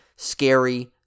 scary